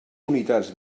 unitats